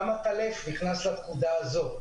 גם עטלף נכנס לפקודה זו.